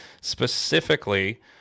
specifically